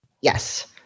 Yes